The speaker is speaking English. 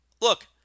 Look